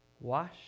wash